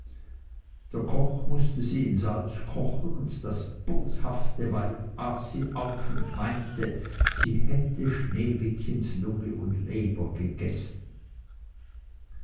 der koch mußte sie in salz kochen und das boshafte weib aß sie auf und meinte sie hätte sneewittchens lunge und leber gegessen